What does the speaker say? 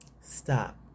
stop